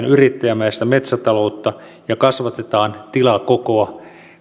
yrittäjämäistä metsätaloutta ja kasvatetaan tilakokoa